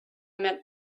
met